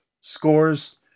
scores